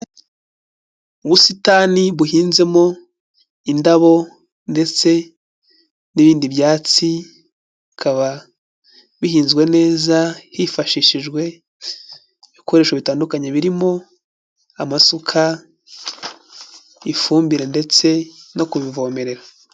Ubusitani buhinzemo indabo ndetse n'ibindi byatsi bikaba bihinzwe neza hifashishijwe ibikoresho bitandukanye birimo amasuka, ifumbire ndetse no kubivomerera.